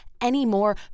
anymore